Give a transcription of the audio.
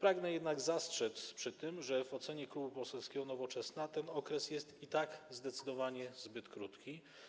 pragnę jednak przy tym zastrzec, że w ocenie Klubu Poselskiego Nowoczesna ten okres jest i tak zdecydowanie zbyt krótki.